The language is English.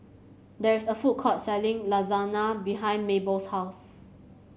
there is a food court selling Lasagna behind Mabell's house